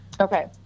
Okay